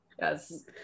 yes